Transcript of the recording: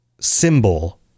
Symbol